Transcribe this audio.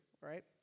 right